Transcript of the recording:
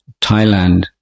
Thailand